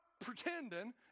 pretending